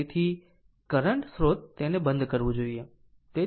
તેથી કરંટ સ્રોત તેને બંધ કરવું જોઈએ